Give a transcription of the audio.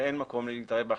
שאין מקום להתערב בהחלטה.